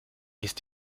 ist